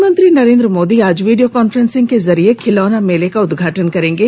प्रधानमंत्री नरेंद्र मोदी आज video conferencing के माध्यम से खिलौना मेले का उदघाटन करेंगे